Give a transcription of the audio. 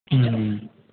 अँ